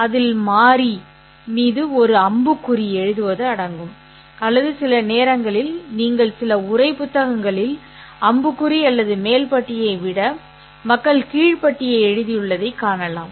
அதில் மாறி மீது ஒரு அம்புக்குறி எழுதுவது அடங்கும் அல்லது சில நேரங்களில் நீங்கள் சில உரை புத்தகங்களில் அம்புக்குறி அல்லது மேல் பட்டியை விட மக்கள் கீழ் பட்டியை எழுதியுள்ளதைக் காணலாம்